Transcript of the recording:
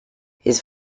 his